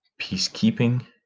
peacekeeping